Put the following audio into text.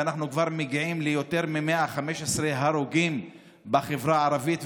וכבר מגיעים ליותר מ-115 הרוגים בחברה הערבית,